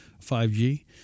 5G